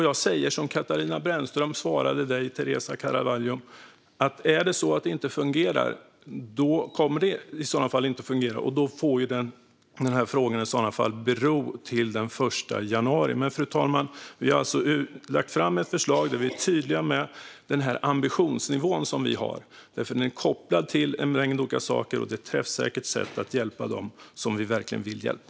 Jag säger som Katarina Brännström sa till dig, Teresa Carvalho, att om det inte fungerar får denna fråga bero till den 1 januari. Men, fru talman, vi har alltså lagt fram ett förslag där vi är tydliga med den ambitionsnivå som vi har, som är kopplad till en mängd olika saker. Det är ett träffsäkert sätt att hjälpa dem som vi verkligen vill hjälpa.